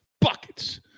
Buckets